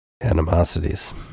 animosities